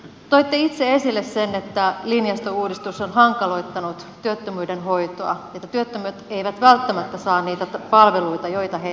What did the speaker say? toitte itse esille sen että linjastouudistus on hankaloittanut työttömyyden hoitoa että työttömät eivät välttämättä saa niitä palveluita joita he tarvitsisivat